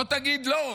או שתגיד: לא,